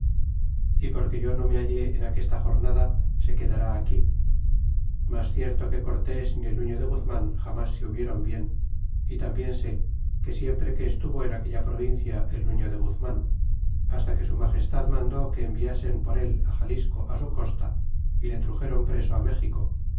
y porque yo no me hallé en aquesta jornada se quedará aquí mas cierto que cortés ni el nuflo de guzman jamas se hubieron bien y tambien sé que siempre se estuvo en aquella provincia el mino de guzman hasta que su magestad mandó que enviasen por él á xalisco su costa y le truxéron preso méxico